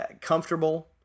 comfortable